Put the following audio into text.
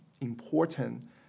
important